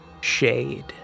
shade